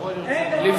בחוק הקודם.